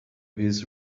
his